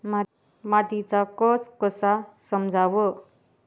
मातीचा कस कसा समजाव?